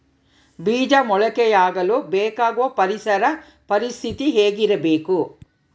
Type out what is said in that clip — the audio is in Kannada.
ಬೇಜ ಮೊಳಕೆಯಾಗಲು ಬೇಕಾಗುವ ಪರಿಸರ ಪರಿಸ್ಥಿತಿ ಹೇಗಿರಬೇಕು?